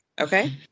okay